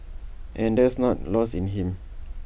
and that's not lost in him